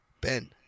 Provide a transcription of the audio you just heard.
Ben